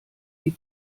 die